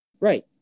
Right